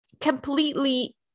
completely